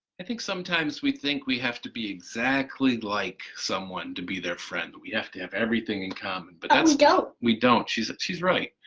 i think sometimes we think we have to be exactly like someone to be their friend, we have to have everything in common. but we don't. we don't, she's ah she's right,